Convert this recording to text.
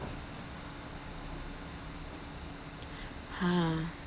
ah